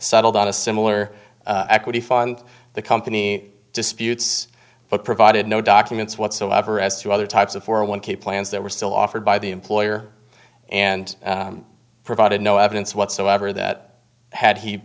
settled on a similar equity fund the company disputes but provided no documents whatsoever as to other types of for one k plans that were still offered by the employer and provided no evidence whatsoever that had he